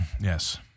Yes